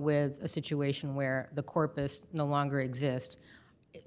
with a situation where the corpus no longer exists